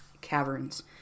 caverns